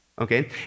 Okay